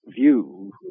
view